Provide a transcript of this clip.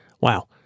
Wow